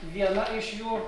viena iš jų